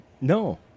No